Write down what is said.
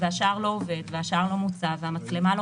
והשער לא עובד והשער לא מוצב והמצלמה לא